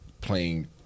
playing